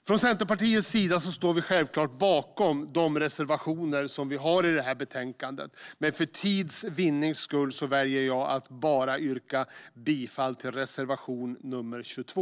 Från Centerpartiets sida står vi självklart bakom de reservationer vi har i detta betänkande, men för tids vinnande väljer jag att yrka bifall endast till reservation nr 22.